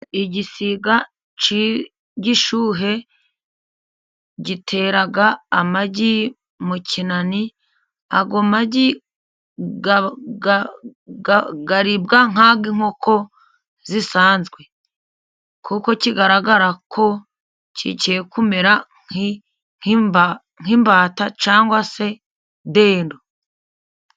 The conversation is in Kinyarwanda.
Igisiga cy'igishuhe gitera amagi mu kinani, ayo magi aribwa nk'ay'inkoko zisanzwe. Kuko kigaragara ko kigiye kumera nk'imbata cyangwa se dendo.